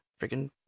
Freaking